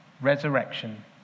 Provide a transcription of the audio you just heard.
resurrection